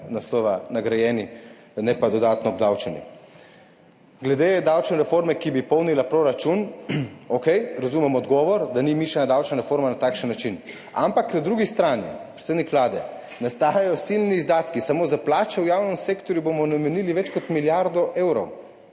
naslova nagrajeni, ne pa dodatno obdavčeni. Glede davčne reforme, ki bi polnila proračun, okej, razumem odgovor, da ni mišljena davčna reforma na takšen način. Ampak na drugi strani, predsednik Vlade, nastajajo silni izdatki. Samo za plače v javnem sektorju bomo namenili več kot milijardo evrov.